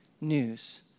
news